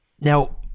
now